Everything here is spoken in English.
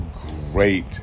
great